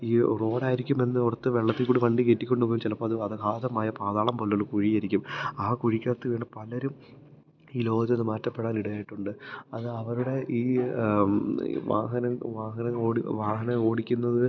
ഈ റോഡാരിക്കും എന്ന് ഓര്ത്ത് വെള്ളത്തിക്കൂടി വണ്ടി കേറ്റിക്കൊണ്ട് പോവും ചിലപ്പം അത് അഗാധമായ പാതാളം പോലെ ഉള്ള കുഴിയാരിക്കും ആ കുഴിക്കകത്ത് വീണ് പലരും ഈ ലോകത്തുന്ന് മാറ്റപ്പെടാന് ഇടയായിട്ടുണ്ട് അത് അവരുടെ ഈ വാഹനം വാഹനം ഓടി വാഹനം ഓടിക്കുന്നത്